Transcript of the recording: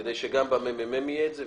כדי שגם בממ"מ יהיה את זה,